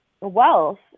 wealth